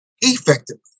effectively